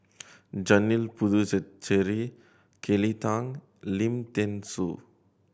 Janil Puthucheary Kelly Tang Lim Thean Soo